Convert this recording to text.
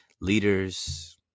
leaders